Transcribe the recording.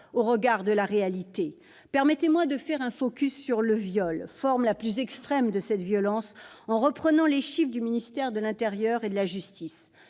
osent parler. Permettez-moi de faire un « focus » sur le viol, forme la plus extrême de ces violences, en reprenant les chiffres des ministères de l'intérieur et de la justice.